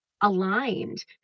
aligned